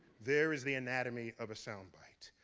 there is the anatomy of a sound bite.